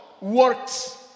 works